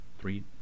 three